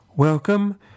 Welcome